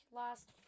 last